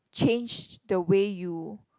change the way you